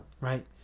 right